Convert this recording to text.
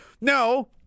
no